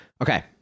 Okay